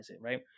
right